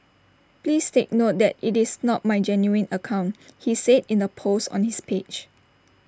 please take note that IT is not my genuine account he said in A post on his page